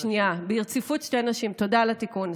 שנייה, ברציפות שתי נשים, תודה על התיקון.